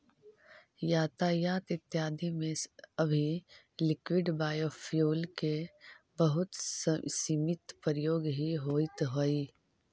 यातायात इत्यादि में अभी लिक्विड बायोफ्यूल के बहुत सीमित प्रयोग ही होइत हई